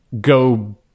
go